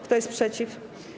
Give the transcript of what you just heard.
Kto jest przeciw?